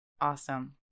Awesome